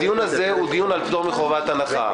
הדיון הוא על פטור מחובת הנחה.